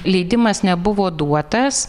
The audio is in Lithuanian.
leidimas nebuvo duotas